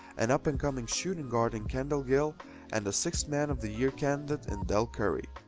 and up and coming shooting guard in kendall gill and a sixth man of the year candidate in dell curry.